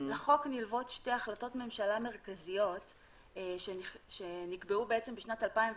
לחוק נלוות שתי החלטות ממשלה מרכזיות שנקבעו בשנת 2010,